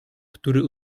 który